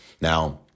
Now